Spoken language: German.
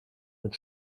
mit